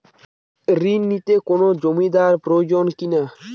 ঋণ নিতে কোনো জমিন্দার প্রয়োজন কি না?